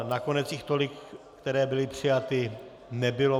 Nakonec jich tolik, které byly přijaty, nebylo.